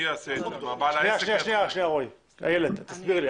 תסבירי לי,